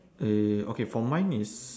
eh okay for mine is